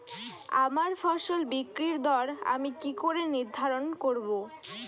আমার ফসল বিক্রির দর আমি কি করে নির্ধারন করব?